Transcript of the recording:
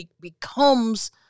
becomes